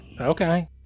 Okay